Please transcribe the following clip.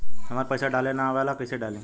हमरा पईसा डाले ना आवेला कइसे डाली?